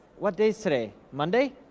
what day is today, monday?